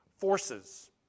Forces